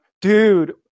Dude